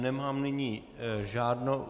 Nemám nyní žádnou...